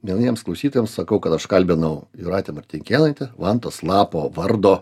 mieliems klausytojams sakau kad aš kalbinau jūratė martinkėnaitė vantos lapo vardo